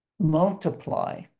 Multiply